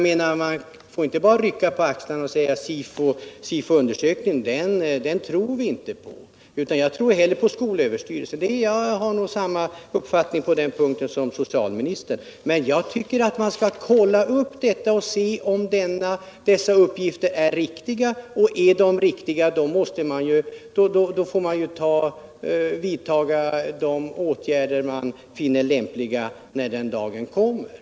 Man får inte bara rycka på axlarna och säga att SIFO-undersökningen tror jag inte på utan jag tror hellre på skolöverstyrelsen. Jag har nog samma uppfattning som socialministern, men jag tycker att man skall kontrollera om SIFO:s uppgifter är riktiga. Är de riktiga får man eventuellt vidta kompletterande åtgärder för att begränsa missbruk bland de unga.